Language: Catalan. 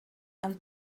amb